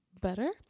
better